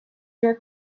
your